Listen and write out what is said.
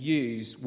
use